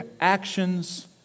actions